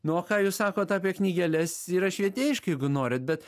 nu o ką jūs sakot apie knygeles yra švietėjiška jeigu norit bet